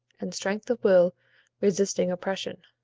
and strength of will resisting oppression.